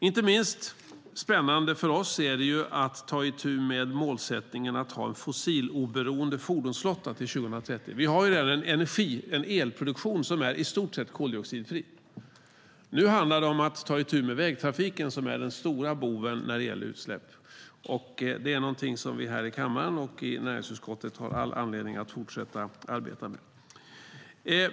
Inte minst spännande för oss är det att ta itu med målsättningen att ha en fossiloberoende fordonsflotta till 2030. Vi har redan en elproduktion som är i stort sett koldioxidfri. Nu handlar det om att ta itu med vägtrafiken som är den stora boven när det gäller utsläpp, och det är någonting som vi här i kammaren och i näringsutskottet har all anledning att fortsätta arbeta med.